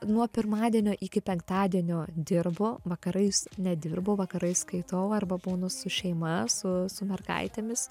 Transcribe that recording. nuo pirmadienio iki penktadienio dirbu vakarais nedirbu vakarais skaitau arba būnu su šeima su su mergaitėmis